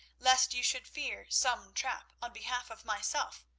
lest you should fear some trap, on behalf of myself,